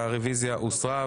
הרוויזיה הוסרה,